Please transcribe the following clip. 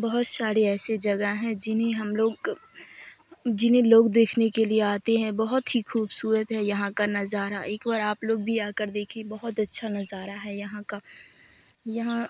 بہت سارے ایسے جگہ ہیں جنہیں ہم لوگ جنہیں لوگ دیکھنے کے لیے آتے ہیں بہت ہی خوبصورت ہے یہاں کا نظارہ ایک بار آپ لوگ بھی آ کر دیکھیے بہت اچھا نظارہ ہے یہاں کا یہاں